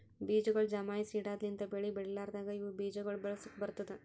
ಬೀಜಗೊಳ್ ಜಮಾಯಿಸಿ ಇಡದ್ ಲಿಂತ್ ಬೆಳಿ ಬೆಳಿಲಾರ್ದಾಗ ಇವು ಬೀಜ ಗೊಳ್ ಬಳಸುಕ್ ಬರ್ತ್ತುದ